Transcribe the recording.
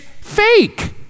fake